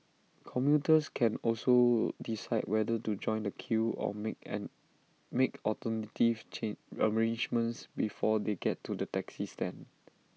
commuters can also decide whether to join the queue or make and make alternative chin arrangements before they get to the taxi stand